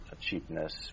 cheapness